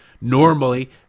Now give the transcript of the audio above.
normally